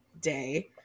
day